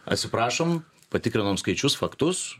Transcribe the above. atsiprašom patikrinom skaičius faktus